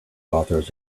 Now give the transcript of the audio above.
authors